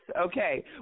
okay